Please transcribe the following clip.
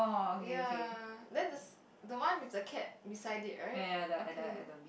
ya then s~ the one with the cat beside it right okay